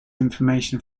information